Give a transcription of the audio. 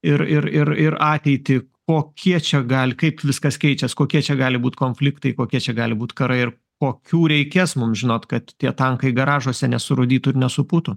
ir ir ir ir ateitį kokie čia gali kaip viskas keičias kokie čia gali būt konfliktai kokie čia gali būt karai ir kokių reikės mum žinot kad tie tankai garažuose nesurūdytų ir nesupūtų